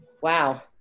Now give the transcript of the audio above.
Wow